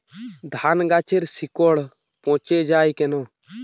ধানগাছের শিকড় পচে য়ায় কেন?